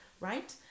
right